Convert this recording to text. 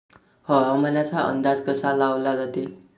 हवामानाचा अंदाज कसा लावला जाते?